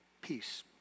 Peace